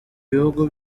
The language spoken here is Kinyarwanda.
bihugu